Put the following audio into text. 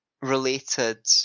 related